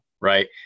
Right